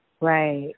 Right